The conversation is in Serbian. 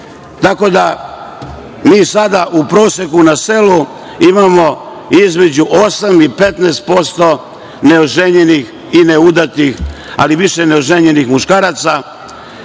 samo za to. Mi sada u proseku na selu imamo između 8% i 15% neoženjenih i neudatih, ali više neoženjenih muškaraca,